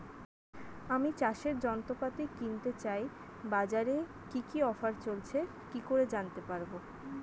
আমি চাষের যন্ত্রপাতি কিনতে চাই বাজারে কি কি অফার চলছে কি করে জানতে পারবো?